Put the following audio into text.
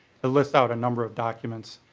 in this out a number of documents.